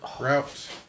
route